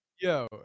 yo